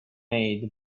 made